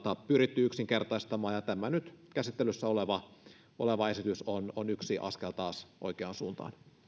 pyritty yksinkertaistamaan tämä nyt käsittelyssä oleva oleva esitys on on yksi askel taas oikeaan suuntaan